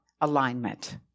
alignment